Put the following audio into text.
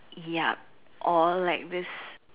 yup or like this